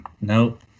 nope